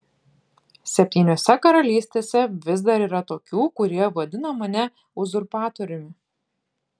septyniose karalystėse vis dar yra tokių kurie vadina mane uzurpatoriumi